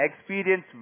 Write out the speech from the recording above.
experience